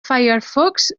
firefox